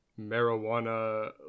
marijuana